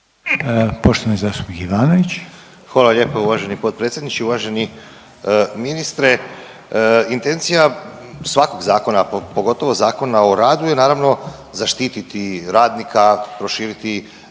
Poštovani zastupnik Ivanović.